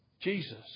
Jesus